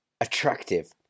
attractive